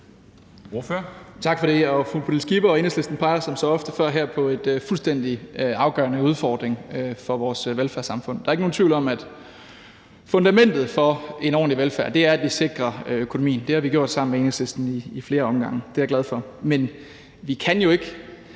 Tak for det. Fru Pernille Skipper og Enhedslisten peger som så ofte før her på en fuldstændig afgørende udfordring for vores velfærdssamfund. Der er ikke nogen tvivl om, at fundamentet for en ordentlig velfærd er, at vi sikrer økonomien. Det har vi gjort sammen med Enhedslisten ad flere omgange, og det er jeg glad for. Men vi kan jo ikke